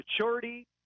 maturity